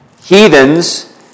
heathens